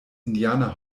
indianer